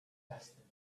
destinies